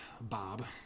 Bob